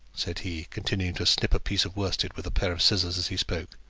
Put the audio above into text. said he, continuing to snip a piece of worsted with a pair of scissors as he spoke.